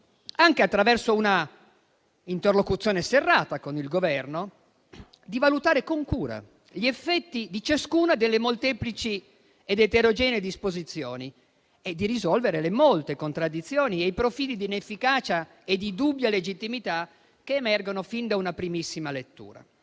anche attraverso un'interlocuzione serrata col Governo, di valutare con cura gli effetti di ciascuna delle molteplici ed eterogenee disposizioni e di risolvere le molte contraddizioni e i profili di inefficacia e di dubbia legittimità che emergono fin da una primissima lettura.